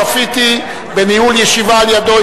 צפיתי בניהול ישיבה על-ידיו,